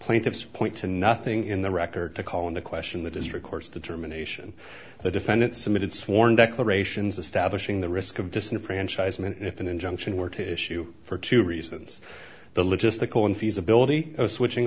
plaintiffs point to nothing in the record to call into question that is records determination the defendant submitted sworn declarations establishing the risk of disenfranchisement if an injunction were to issue for two reasons the logistical and feasibility of switching